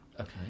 Okay